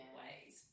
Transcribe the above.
ways